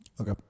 Okay